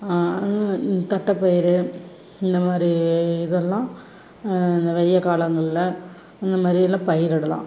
ம் இந்த தட்டைப்பயிறு இந்தமாதிரி இதெல்லாம் இந்த வெய்யக் காலங்களில் இந்தமாதிரி எல்லாம் பயிரிடலாம்